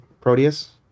Proteus